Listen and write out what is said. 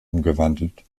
umgewandelt